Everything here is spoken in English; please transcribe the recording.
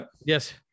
Yes